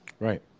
Right